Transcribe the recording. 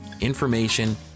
information